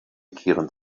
kehren